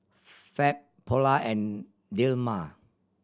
Fab Polar and Dilmah